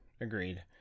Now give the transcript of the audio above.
Agreed